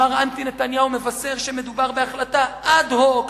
מר אנטי נתניהו מבשר שמדובר בהחלטה אד-הוק,